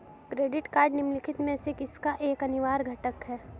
Credit card निम्नलिखित में से किसका एक अनिवार्य घटक है?